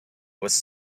was